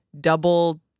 double